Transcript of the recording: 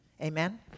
Amen